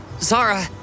Zara